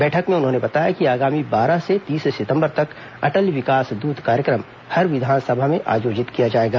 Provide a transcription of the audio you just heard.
बैठक में उन्होंने बताया कि आगामी बारह से तीस सितंबर तक अटल विकास दूत कार्यक्रम हर विधानसभा में आयोजित किया जाएगा